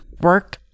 work